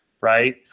right